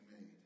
made